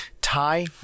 Thai